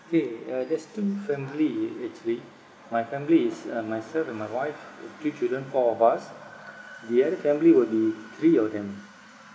K uh there's two family actually my family is uh myself and my wife with two children four of us the other family will be three of them